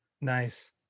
Nice